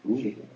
oh